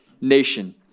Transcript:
nation